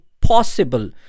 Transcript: possible